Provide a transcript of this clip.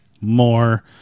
more